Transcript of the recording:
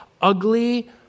ugly